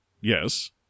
Yes